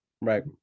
right